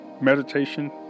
meditation